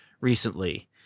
recently